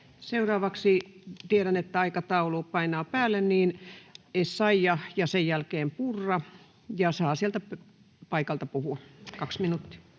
Seuraavaksi — tiedän, että aikataulu painaa päälle — Essayah ja sen jälkeen Purra. Ja saa sieltä paikalta puhua, kaksi minuuttia